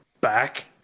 back